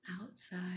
outside